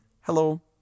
hello